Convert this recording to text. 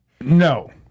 No